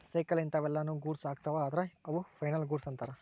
cycle ಇಂತವೆಲ್ಲ ನು goods ಅಗ್ತವ ಅದ್ರ ಅವು ಫೈನಲ್ ಗೂಡ್ಸ್ ಅಂತರ್